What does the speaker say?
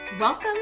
Welcome